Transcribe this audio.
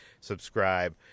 Subscribe